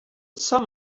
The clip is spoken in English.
some